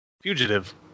Fugitive